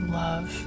love